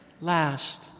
Last